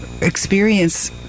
experience